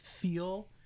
feel